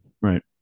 Right